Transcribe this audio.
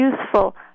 useful